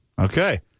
Okay